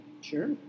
Sure